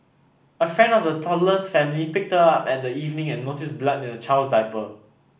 a friend of the toddler's family picked her up at that evening and noticed blood in the child's diaper